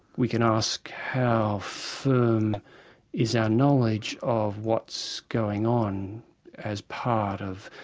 we can ask how firm is our knowledge of what's going on as part of,